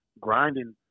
grinding